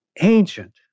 ancient